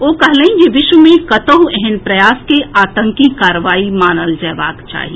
ओ कहलनि जे विश्व मे कतहु एहेन प्रयास के आतंकी कार्रवाई मानल जएबाक चाही